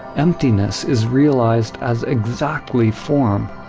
emptiness is realized as exactly form.